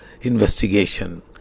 investigation